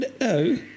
No